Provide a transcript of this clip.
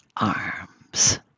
arms